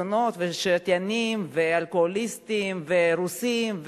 זונות ושתיינים ואלכוהוליסטים ורוסים,